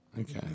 Okay